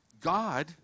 god